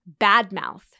badmouth